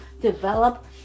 develop